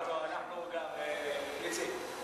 לא, אנחנו גם בעד, איציק.